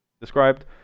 described